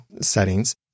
settings